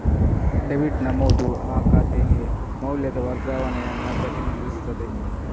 debit ನಮೂದು ಆ ಖಾತೆಗೆ ಮೌಲ್ಯದ ವರ್ಗಾವಣೆಯನ್ನು ಪ್ರತಿನಿಧಿಸುತ್ತದೆ